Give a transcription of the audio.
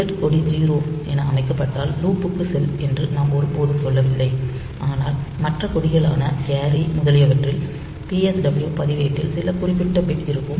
Z கொடி 0 என அமைக்கப்பட்டால் லூப்பிற்குச் செல் என்று நாம் ஒருபோதும் சொல்லவில்லை ஆனால் மற்ற கொடிகளான கேரி முதலியவற்றில் PSW பதிவேட்டில் சில குறிப்பிட்ட பிட் இருக்கும்